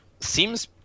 seems